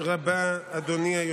חבר הכנסת רוטמן, עשר דקות לרשותך.